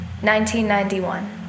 1991